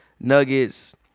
Nuggets